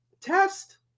Test